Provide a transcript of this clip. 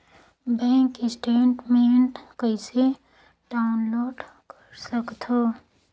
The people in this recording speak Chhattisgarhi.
बैंक स्टेटमेंट कइसे डाउनलोड कर सकथव?